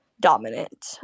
dominant